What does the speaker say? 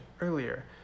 earlier